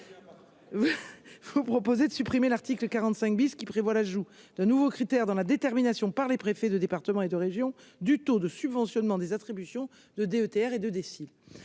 vous proposer de supprimer l'article 45 bis qui prévoit l'ajout de nouveaux critères dans la détermination par les préfets de départements et de régions du taux de subventionnement des attributions de DETR et de si